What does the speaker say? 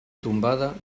tombada